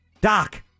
Doc